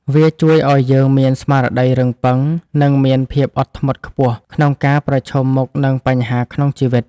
វាជួយឱ្យយើងមានស្មារតីរឹងប៉ឹង និងមានភាពអត់ធ្មត់ខ្ពស់ក្នុងការប្រឈមមុខនឹងបញ្ហាក្នុងជីវិត។